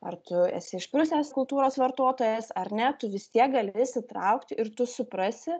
ar tu esi išprusęs kultūros vartotojas ar ne tu vis tiek gali įsitraukti ir tu suprasi